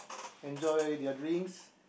enjoy their drinks